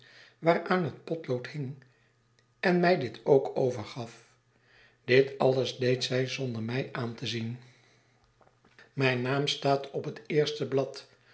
waaraan het potlood hing en mij dit ook overgaf dit alles deed zij zonder mij aan te zien mijn naam staat op het eerste blad